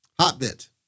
Hotbit